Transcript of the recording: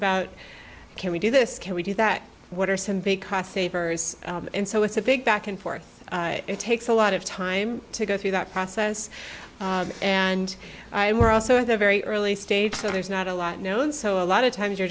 about can we do this can we do that what are some big cost saver and so it's a big back and forth it takes a lot of time to go through that process and we're also at the very early stage so there's not a lot known so a lot of times you're